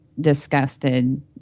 disgusted